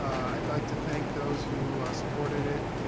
i'd like to thank those who supported it.